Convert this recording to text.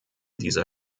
dieser